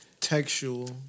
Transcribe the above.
textual